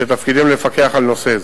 שתפקידם לפקח על נושא זה.